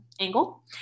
angle